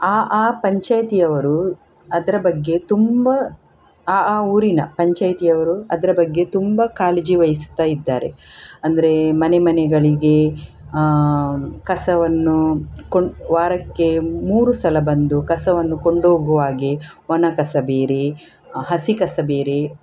ಆ ಆ ಪಂಚಾಯಿತಿಯವರು ಅದರ ಬಗ್ಗೆ ತುಂಬ ಆ ಆ ಊರಿನ ಪಂಚಾಯಿತಿಯವರು ಅದರ ಬಗ್ಗೆ ತುಂಬ ಕಾಳಜಿ ವಹಿಸ್ತಾ ಇದ್ದಾರೆ ಅಂದ್ರೆ ಮನೆ ಮನೆಗಳಿಗೆ ಕಸವನ್ನು ಕೊಂಡು ವಾರಕ್ಕೆ ಮೂರು ಸಲ ಬಂದು ಕಸವನ್ನು ಕೊಂಡೋಗುವಾಗೆ ಒಣ ಕಸ ಬೇರೆ ಹಸಿ ಕಸ ಬೇರೆ